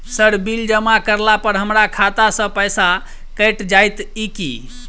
Sir bill जमा करला पर हमरा खाता सऽ पैसा कैट जाइत ई की?